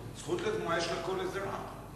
זכות לתנועה יש לכל אזרח.